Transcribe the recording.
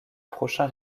prochain